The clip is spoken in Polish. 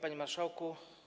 Panie Marszałku!